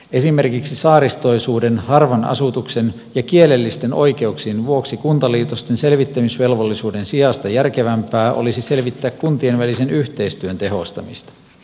esimerkiksi saaristoisuuden harvan asutuksen ja kielellisten oikeuksien vuoksi kuntaliitosten selvittämisvelvollisuuden sijasta järkevämpää olisi selvittää kuntien välisen yhteistyön tehostamista